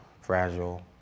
fragile